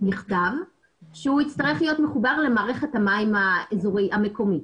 נכתב שהוא יצטרך להיות מחובר למערכת המים המקומית.